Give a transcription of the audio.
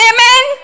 Amen